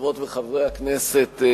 חברות וחברי הכנסת,